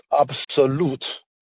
absolute